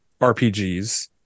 RPGs